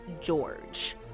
George